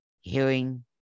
hearing